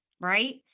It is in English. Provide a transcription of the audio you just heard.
right